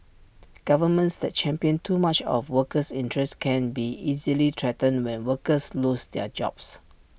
governments that champion too much of workers interests can be easily threatened when workers lose their jobs